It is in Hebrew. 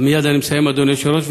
מייד אני מסיים, אדוני היושב-ראש.